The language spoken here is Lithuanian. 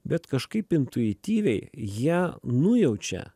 bet kažkaip intuityviai jie nujaučia